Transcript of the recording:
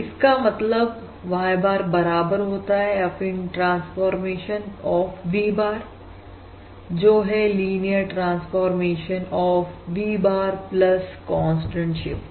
इसका मतलब Y bar बराबर होता है affine transformation of V bar जो है linear transformation of V bar constant shift